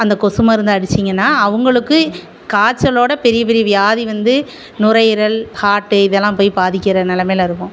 அந்த கொசு மருந்து அடிச்சிங்கன்னா அவுங்களுக்கு காய்ச்சலோட பெரிய பெரிய வியாதி வந்து நுரையீரல் ஹார்ட்டு இதெல்லாம் போய் பாதிக்கிற நிலமையில இருக்கும்